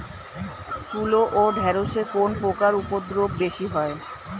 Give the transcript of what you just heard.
তুলো ও ঢেঁড়সে কোন পোকার উপদ্রব বেশি হয়?